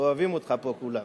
ואוהבים אותך פה כולם.